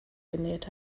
genäht